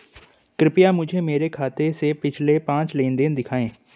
कृपया मुझे मेरे खाते से पिछले पांच लेनदेन दिखाएं